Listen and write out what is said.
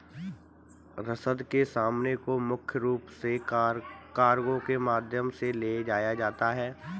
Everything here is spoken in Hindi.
रसद के सामान को मुख्य रूप से कार्गो के माध्यम से ले जाया जाता था